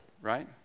right